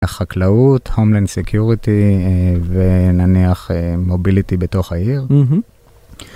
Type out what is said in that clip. חקלאות, הומלנד סקיוריטי ונניח מוביליטי בתוך העיר.